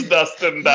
Dustin